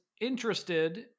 interested